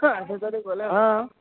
অঁ